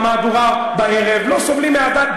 במהדורה בערב לא סובלים מאהדה,